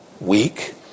weak